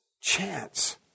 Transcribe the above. chance